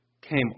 came